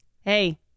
Hey